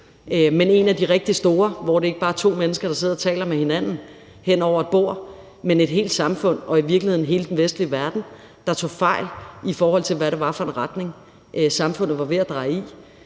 men en af de rigtig store, hvor det ikke bare er to mennesker, der sidder og taler med hinanden hen over et bord, men det var et helt samfund og i virkeligheden hele den vestlige verden, der tog fejl i forhold til, hvad det var for en retning, samfundet var ved at dreje i,